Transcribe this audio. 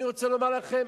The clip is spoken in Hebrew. אני רוצה לומר לכם,